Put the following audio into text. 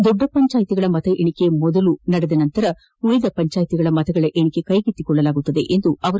ದೊಡ್ಡ ಪಂಚಾಯತಿಗಳ ಮತ ಎಣಿಕೆ ಮೊದಲ ಅವಧಿಯಲ್ಲಿ ನಡೆದ ನಂತರ ಉಳಿದ ಪಂಚಾಯತಿಗಳ ಮತಗಳ ಎಣಿಕೆ ಕೈಗೆತ್ತಿಕೊಳ್ಳಲಾಗುವುದು ಎಂದರು